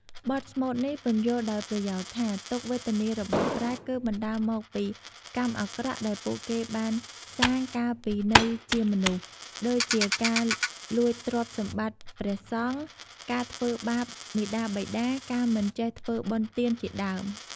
បទស្មូតនេះពន្យល់ដោយប្រយោលថា ទុក្ខវេទនារបស់ប្រេត គឺបណ្តាលមកពីកម្មអាក្រក់ដែលពួកគេបានសាងកាលពីនៅជាមនុស្ស ដូចជាការលួចទ្រព្យសម្បត្តិព្រះសង្ឃ ការធ្វើបាបមាតាបិតា ការមិនចេះធ្វើបុណ្យទានជាដើម។